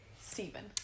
Steven